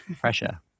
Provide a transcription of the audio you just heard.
pressure